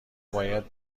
باید